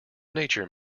nature